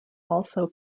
also